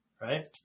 right